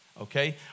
okay